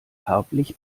farblich